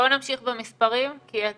בוא נמשיך במספרים, כי אתה